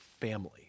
family